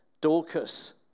Dorcas